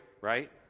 right